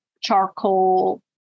charcoal